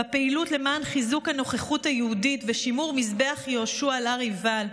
בפעילות למען חיזוק הנוכחות היהודית ושימור מזבח יהושע על הר עיבל.